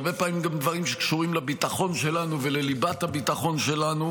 הרבה פעמים גם דברים שקשורים לביטחון שלנו ולליבת הביטחון שלנו,